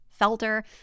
Felter